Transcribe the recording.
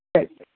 ಸರಿ ಸರಿ